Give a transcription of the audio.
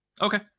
okay